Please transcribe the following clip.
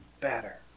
better